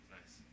nice